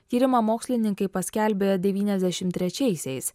tyrimą mokslininkai paskelbė devyniasdešim trečiaisiais